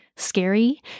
scary